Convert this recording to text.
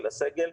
של הסגל,